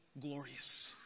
glorious